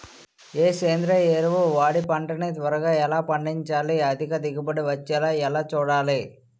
ఏ సేంద్రీయ ఎరువు వాడి పంట ని త్వరగా ఎలా పండించాలి? అధిక దిగుబడి వచ్చేలా ఎలా చూడాలి?